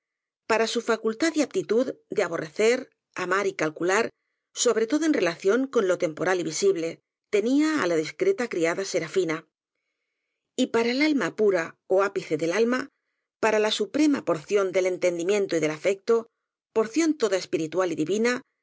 para su facultad y aptitud de aborrecer amar y calcular sobre todo en relación con lo temporal y visible tenía á la discreta criada serafina y para el alma pura ó ápice del alma para la suprema porción del entendimiento y del afecto porción toda espiritual y divina